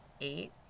eight